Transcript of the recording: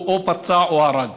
הוא או פצע או הרג.